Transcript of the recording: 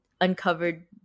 uncovered